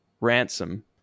ransom